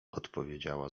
odpowiedziała